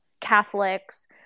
Catholics